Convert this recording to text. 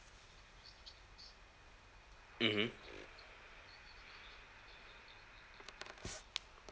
mmhmm